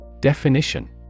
Definition